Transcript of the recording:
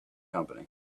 company